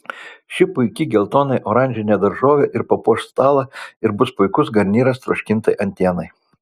ši puiki geltonai oranžinė daržovė ir papuoš stalą ir bus puikus garnyras troškintai antienai